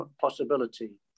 possibility